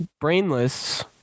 Brainless